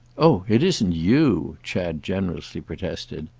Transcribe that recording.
oh it isn't you! chad generously protested.